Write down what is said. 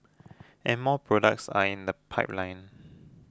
and more products are in the pipeline